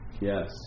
yes